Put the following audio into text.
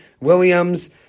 williams